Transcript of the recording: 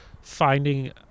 finding